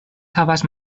havas